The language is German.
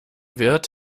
wird